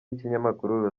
y’ikinyamakuru